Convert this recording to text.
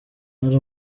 hari